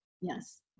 Yes